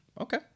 Okay